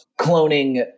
cloning